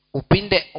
upinde